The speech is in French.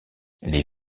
les